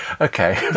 Okay